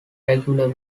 regular